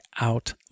out